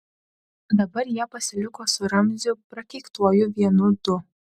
dabar jie pasiliko su ramziu prakeiktuoju vienu du